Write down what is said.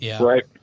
Right